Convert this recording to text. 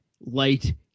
light